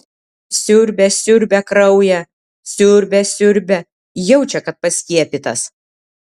siurbia siurbia kraują siurbia siurbia jaučia kad paskiepytas